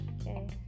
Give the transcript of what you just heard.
Okay